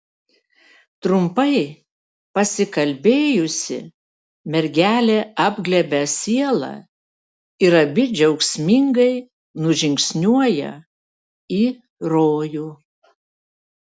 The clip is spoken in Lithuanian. trumpai pasikalbėjusi mergelė apglėbia sielą ir abi džiaugsmingai nužingsniuoja į rojų